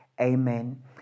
Amen